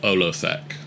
Olothek